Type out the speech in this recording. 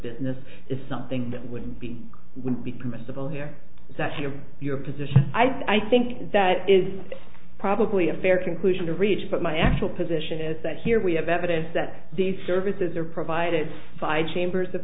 business is something that would be would be permissible here is that your position i think that is probably a fair conclusion to reach but my actual position is that here we have evidence that these services are provided by chambers of